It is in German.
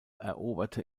eroberte